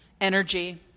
energy